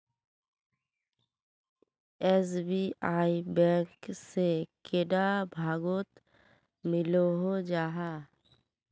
SBI bank से कैडा भागोत मिलोहो जाहा?